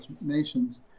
nations